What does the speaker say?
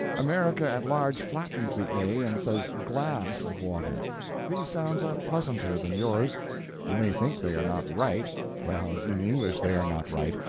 america at large flattens the a, and says glass of water these sounds are pleasanter than yours you may think they are not right well, in english they are not right,